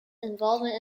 involvement